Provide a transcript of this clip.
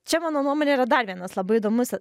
čia mano nuomone yra dar vienas labai įdomus